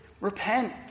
repent